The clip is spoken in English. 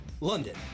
London